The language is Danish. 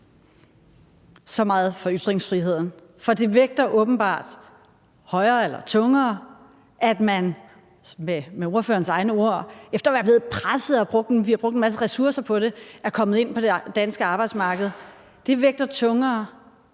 Så meget for ytringsfriheden! For det vægter åbenbart tungere, at man med ordførerens egne ord, efter at man er blevet presset og vi har brugt en masse ressourcer på det, er kommet ind på det danske arbejdsmarked. Det vægter tungere